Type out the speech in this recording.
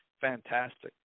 fantastic